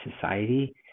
society